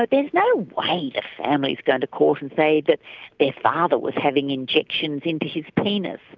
but there's no way the family is going to court and say that their father was having injections into his penis.